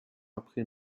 après